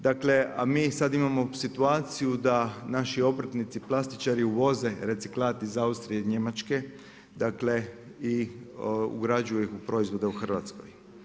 Dakle, a mi sad imamo situaciju da naši obrtnici plastičari uvoze reciklat iz Austrije i Njemačke, dakle i ugrađuju ih u proizvode u Hrvatskoj.